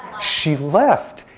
she left.